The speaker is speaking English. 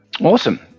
Awesome